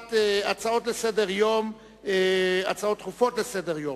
הצעות לסדר-היום שמספרן 239,